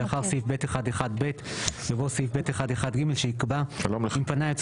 ואחר סעיף (ב1)(1)(ב) יבוא סעיף סעיף (ב1)(1)(ג) שיקבע 'אם פנה היועץ